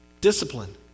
Discipline